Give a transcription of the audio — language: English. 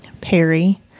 Perry